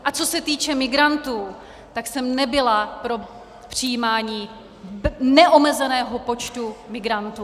A co se týče migrantů, tak jsem nebyla pro přijímání neomezeného počtu migrantů.